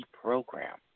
program